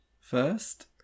first